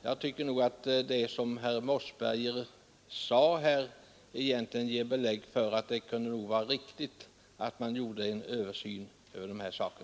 Jag tycker att vad herr Mossberger sade ger belägg för att det behövs en översyn.